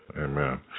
amen